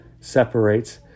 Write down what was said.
separates